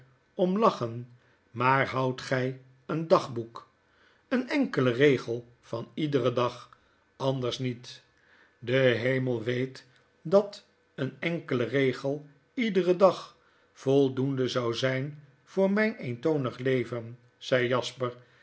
om lachen maar noudt gy een dagboek een enkelen regel van iederen dag anders niet de hemel weet dat een enkele regel iederen dag voldoende zou zijn voor mp eentonig leven zei jasper